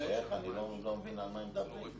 ואני לא מבין על מה הם מדברים.